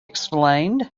explained